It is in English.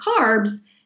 carbs